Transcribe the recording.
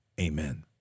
amen